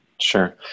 sure